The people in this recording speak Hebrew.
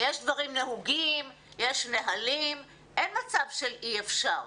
יש דברים נהוגים, יש נהלים, אין מצב של אי אפשר.